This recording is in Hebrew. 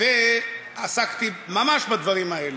ועסקתי ממש בדברים האלה.